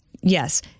yes